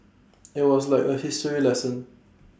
IT was like A history lesson